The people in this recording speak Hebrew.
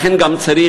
לכן גם צריך,